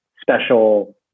special